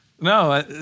No